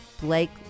Blake